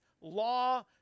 law